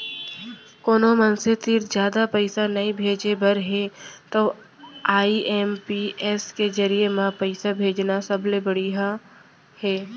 कोनो मनसे तीर जादा पइसा नइ भेजे बर हे तव आई.एम.पी.एस के जरिये म पइसा भेजना सबले बड़िहा हे